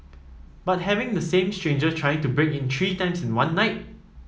but having the same stranger trying to break in three times in one night